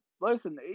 Listen